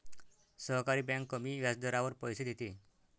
सहकारी बँक कमी व्याजदरावर पैसे देते